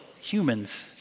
humans